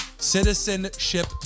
Citizenship